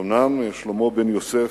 ואומנם שלמה בן-יוסף,